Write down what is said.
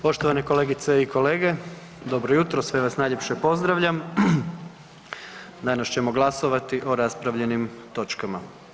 Poštovane kolegice i kolege, dobro jutro, sve vas najljepše pozdravljam, danas ćemo glasovati o raspravljenim točkama.